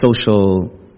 social